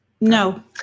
No